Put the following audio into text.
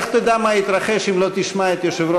איך תדע מה התרחש אם לא תשמע את יושב-ראש